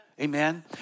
Amen